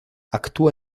actúa